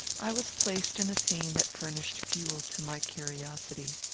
i was placed in a scene that furnished fuel to my curiosity.